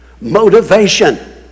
Motivation